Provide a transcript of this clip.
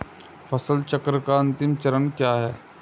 फसल चक्र का अंतिम चरण क्या है?